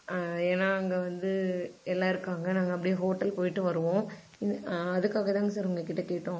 ஏன்னால் அங்கே வந்து எல்லா இருக்காங்க நாங்கள் அப்படியே ஹோட்டல் போய்விட்டு வருவோம் இன் அதுக்காக தாங்க சார் உங்கள் கிட்டே கேட்டோம்